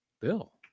Bill